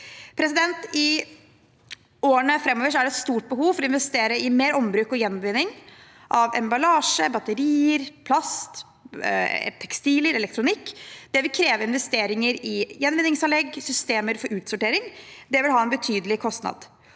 I årene framover er det et stort behov for å investere i mer ombruk og gjenvinning av emballasje, batterier, plast, tekstiler og elektronikk. Det vil kreve investeringer i gjenvinningsanlegg og systemer for utsortering. Det vil ha en betydelig kostnad.